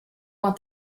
want